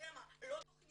לוקחים